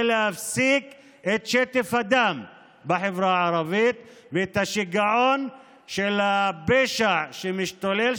להפסיק את שטף הדם בחברה הערבית ואת השיגעון של הפשע שמשתולל,